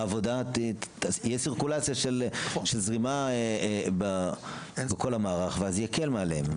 תהיה סירקולציה של זרימה בכל המערך ואז זה יקל מעליהם.